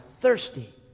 thirsty